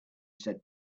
said